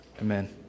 Amen